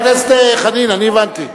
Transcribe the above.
חבר הכנסת חנין, אני הבנתי.